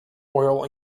oil